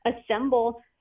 assemble